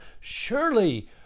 Surely